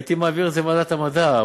הייתי מעביר את זה לוועדת המדע.